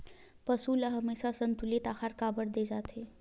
पशुओं ल हमेशा संतुलित आहार काबर दे जाथे?